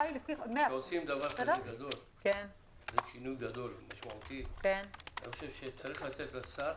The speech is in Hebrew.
כשעושים שינוי כזה גדול ומשמעותי צריך לתת לשר